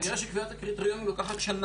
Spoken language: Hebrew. מתברר שקביעת קריטריונים לוקחת שנה.